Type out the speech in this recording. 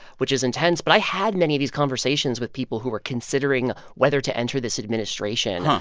which is intense. but i had many of these conversations with people who were considering whether to enter this administration, and